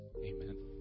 amen